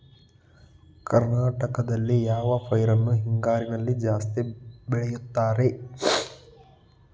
ಕರ್ನಾಟಕದಲ್ಲಿ ಯಾವ ಪೈರನ್ನು ಹಿಂಗಾರಿನಲ್ಲಿ ಜಾಸ್ತಿ ಬೆಳೆಯುತ್ತಾರೆ?